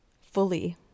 fully